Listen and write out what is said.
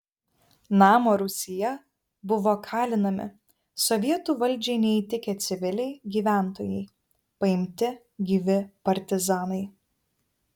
namo rūsyje buvo kalinami sovietų valdžiai neįtikę civiliai gyventojai paimti gyvi partizanai